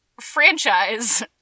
franchise